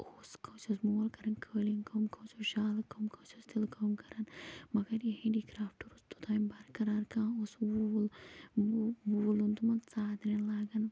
اوس کٲنٛسہِ اوس مول کَران قٲلیٖن کٲم کٲنٛسہِ اوس شالہٕ کٲم کٲنٛسہِ اوس تِلہٕ کٲم کَران مگر یہِ ہینٛڈی کرٛافٹہٕ روٗز توٚتانۍ بَرقرار کانٛہہ اوس ووٗل ووٗلَن تِمَن ژادریٚن لاگَان